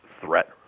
threat